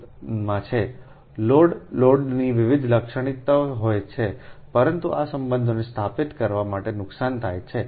load સંદર્ભિત સમય 1319 લોડની વિવિધ લાક્ષણિકતાઓ હોય છે પરંતુ આ સંબંધને સ્થાપિત કરવા માટે નુકસાન થાય છે